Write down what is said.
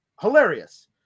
hilarious